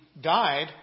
died